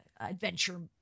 adventure